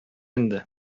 инде